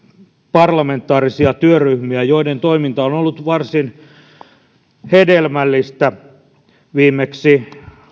parlamentaarisia työryhmiä joiden toiminta on on ollut varsin hedelmällistä viimeksi